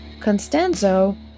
Constanzo